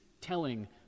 telling